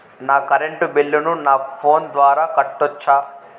నా కరెంటు బిల్లును నా ఫోను ద్వారా కట్టొచ్చా?